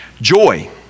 Joy